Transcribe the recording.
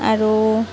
আৰু